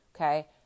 Okay